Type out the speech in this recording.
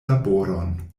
laboron